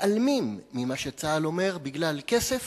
מתעלמים ממה שצה"ל אומר בגלל כסף